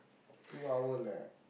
two hour leh